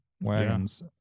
wagons